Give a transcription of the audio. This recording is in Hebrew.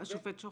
השופט שוחט,